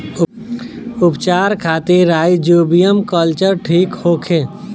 उपचार खातिर rhizobium culture ठीक होखे?